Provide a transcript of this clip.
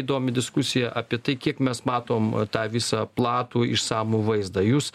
įdomi diskusija apie tai kiek mes matom tą visą platų išsamų vaizdą jūs